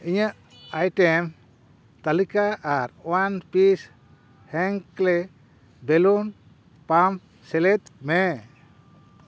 ᱤᱧᱟᱹᱜ ᱟᱭᱴᱮᱢ ᱛᱟᱞᱤᱠᱟ ᱟᱨ ᱚᱣᱟᱱ ᱯᱤᱥ ᱦᱮᱝᱠᱞᱮᱹ ᱵᱮᱞᱩᱱ ᱯᱟᱢᱯ ᱥᱮᱞᱮᱫ ᱢᱮ